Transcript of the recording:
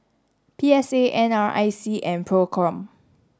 P S A N R I C and PROCOM